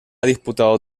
disputado